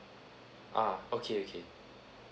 ah okay okay